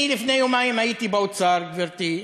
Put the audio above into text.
לפני יומיים הייתי באוצר, גברתי,